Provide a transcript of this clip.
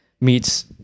meets